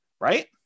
right